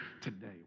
today